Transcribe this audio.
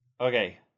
Okay